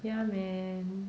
ya man